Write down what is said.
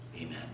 amen